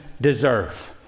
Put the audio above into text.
deserve